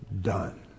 done